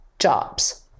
jobs